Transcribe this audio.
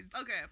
Okay